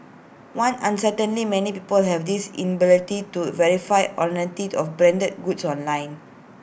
one uncertainty many people have this inability to verify authenticity of branded goods online